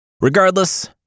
Regardless